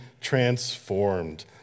transformed